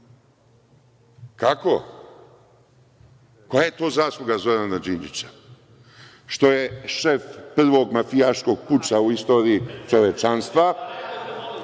Kako? Koja je to zasluga Zorana Đinđića? Što je šef prvog mafijaškog puča u istoriji čovečanstva?(Radoslav